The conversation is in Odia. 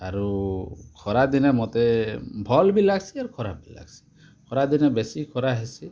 ଆରୁ ଖରା ଦିନେ ମୋତେ ଭଲ୍ ବି ଲାଗ୍ସି ଆରୁ ଖରାପ୍ ବି ଲାଗ୍ସି ଖରା ଦିନେ ବେଶୀ ଖରା ହେସି